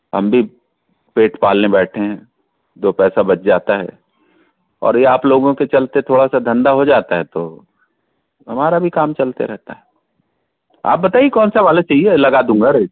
हम भी पेट पालने बैठे हैं दो पैसा बच जाता है और ये आप लोगों के चलते थोड़ा सा धंधा हो जाता है तो हमारा भी काम चलते रहता है आप बताइए कौन सा वाला चाहिए लगा दूँगा रेट